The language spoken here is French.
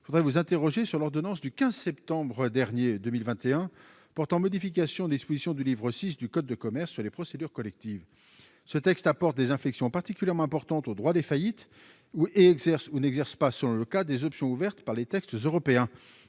je voudrais vous interroger sur l'ordonnance du 15 septembre dernier 2021 portant modification d'Exposition du livre VI du code de commerce sur les procédures collectives, ce texte apporte des infections particulièrement importante au droit des faillites et exerce où n'exercent pas sur le cas des options ouvertes par les textes européens,